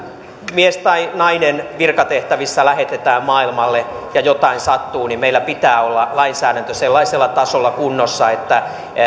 mies tai nainen virkatehtävissä lähetetään maailmalle ja jotain sattuu niin meillä pitää olla lainsäädäntö sellaisella tasolla kunnossa että